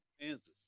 Kansas